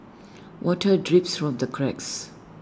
water drips from the cracks